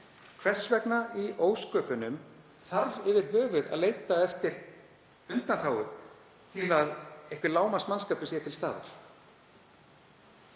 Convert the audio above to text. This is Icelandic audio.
hvers vegna í ósköpunum þarf yfir höfuð að leita eftir undanþágu til að einhver lágmarksmannskapur sé til staðar?